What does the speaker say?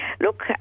Look